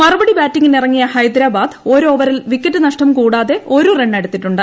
മറുപട്ടി ബാറ്റിങ്ങിനിറങ്ങിയ ഹൈദരാബാദ് ഒരു ഓവറിൽ വിക്കറ്റ് ന്ഷ്ടം കൂടാതെ ഒരു റണ്ണെടുത്തിട്ടുണ്ട്